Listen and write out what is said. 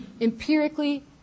Empirically